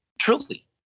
Truly